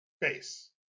base